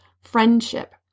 friendship